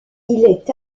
est